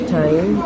time